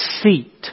seat